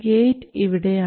gate ഇവിടെയാണ്